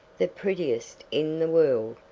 the prettiest in the world,